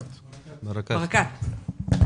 בבקשה.